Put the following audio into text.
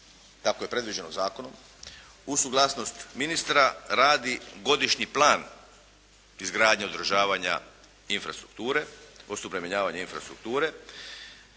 tako je predviđeno zakonom, uz suglasnost ministra radi godišnji plan izgradnje i održavanja infrastrukture, osuvremenjavanja infrastrukture.